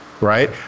right